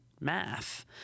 math